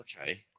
Okay